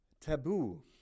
taboo